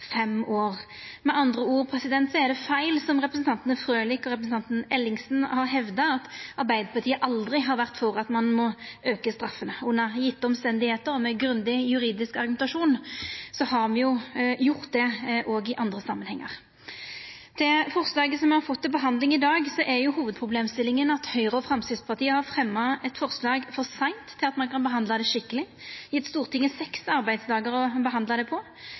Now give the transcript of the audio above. fem år. Det er med andre ord feil, det som representanten Frølich og representanten Ellingsen har hevda, at Arbeidarpartiet aldri har vore for å auka straffene. Under gjevne omstende og med grundig juridisk argumentasjon har me gjort det òg i andre samanhengar. Når det gjeld forslaget me har fått til behandling i dag, er hovudproblemstillinga at Høgre og Framstegspartiet har fremja eit forslag for seint til at ein kan behandla det skikkeleg – har gjeve Stortinget seks arbeidsdagar til å behandla det